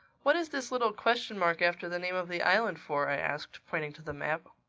what is this little question-mark after the name of the island for? i asked, pointing to the map.